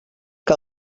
que